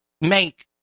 make